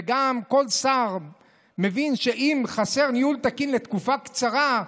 כל שר מבין שאם חסר "ניהול תקין" לתקופה קצרה,